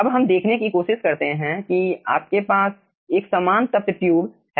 अब हम देखने की कोशिश करते हैं कि आपके पास एक समान तप्त ट्यूब हैं